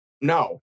No